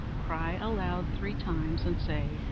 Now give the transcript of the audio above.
cry aloud three times and say